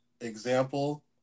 example